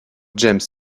james